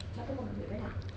siapa kawan duit banyak